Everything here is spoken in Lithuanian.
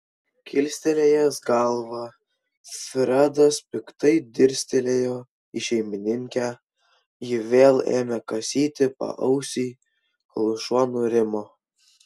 kilstelėjęs galvą fredas piktai dirstelėjo į šeimininkę ji vėl ėmė kasyti paausį kol šuo nurimo